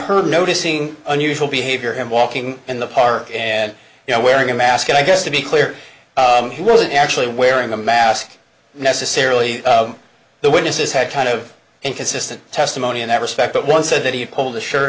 heard noticing unusual behavior and walking in the park and you know wearing a mask i guess to be clear he wasn't actually wearing a mask necessarily the witnesses had kind of inconsistent testimony in that respect but one said that he pulled the shirt